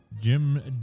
Jim